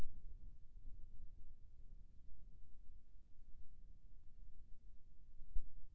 एक एकड़ पताल के खेत मा विटामिन के दवई ला कतक मात्रा मा छीचें करके होही?